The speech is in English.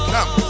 Come